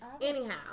Anyhow